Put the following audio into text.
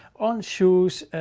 on shoes,